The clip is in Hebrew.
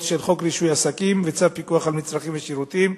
חוק רישוי עסקים וצו הפיקוח על מצרכים ושירותים.